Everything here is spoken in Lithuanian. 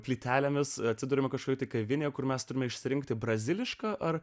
plytelėmis atsiduriame kažkokioje kavinėje kur mes turime išsirinkti brazilišką ar